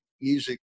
music